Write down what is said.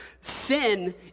Sin